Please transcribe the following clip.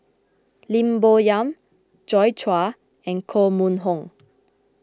Lim Bo Yam Joi Chua and Koh Mun Hong